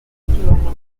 equivalentes